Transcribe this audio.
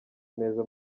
neza